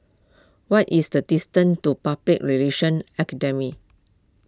what is the distance to Public Relations Academy